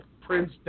Prince